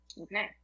okay